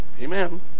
Amen